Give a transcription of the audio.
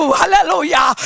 hallelujah